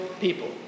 people